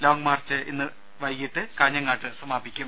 long march ഇന്ന് വൈകിട്ട് കാഞ്ഞങ്ങാട്ട് സമാപിക്കും